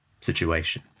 situation